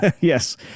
Yes